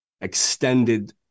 extended